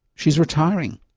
she's retiring.